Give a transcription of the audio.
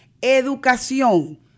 educación